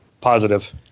Positive